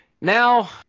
now